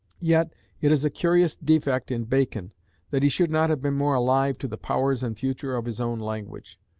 yet it is a curious defect in bacon that he should not have been more alive to the powers and future of his own language.